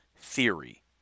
theory